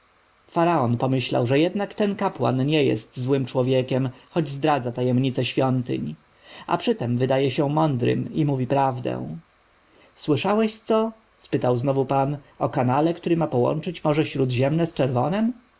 faraon pomyślał że jednak ten kapłan nie jest złym człowiekiem choć zdradza tajemnice świątyń a przytem wydaje się mądrym i mówi prawdę słyszałeś co spytał znowu pan o kanale który ma połączyć morze śródziemne z czerwonem